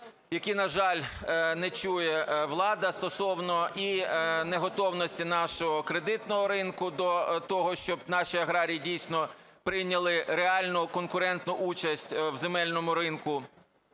які, на жаль, не чує влада стосовно і неготовності нашого кредитного ринку до того, щоб наші аграрії, дійсно, прийняли реальну конкретну участь в земельному ринку,